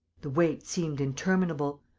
the wait seemed interminable.